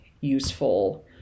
useful